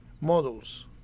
models